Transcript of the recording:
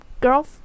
girl